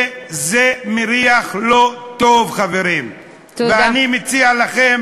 וזה מריח לא טוב, חברים, ואני מציע לכם